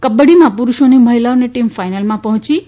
કબક્રીમાં પુરૂષો અને મહિલાઓની ટીમ ફાઈનલમાં પહોંચી ગઈ છે